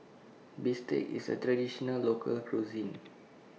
Bistake IS A Traditional Local Cuisine